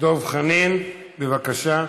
דב חנין, בבקשה.